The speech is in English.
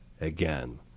again